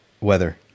weather